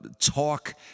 talk